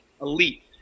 Elite